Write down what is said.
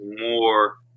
more